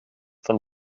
von